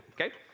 okay